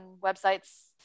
websites